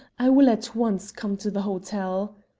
i will at once come to the hotel.